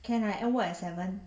can I end work at seven